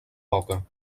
boca